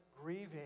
grieving